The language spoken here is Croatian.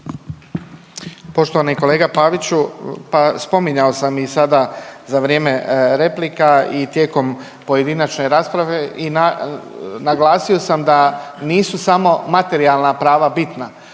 Poštovani kolega Paviću, pa spominjao sam i sada za vrijeme replika i tijekom pojedinačne rasprave i naglasio sam da nisu samo materijalna prava bitna.